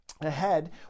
ahead